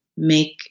make